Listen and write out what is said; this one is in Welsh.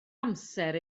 amser